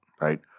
right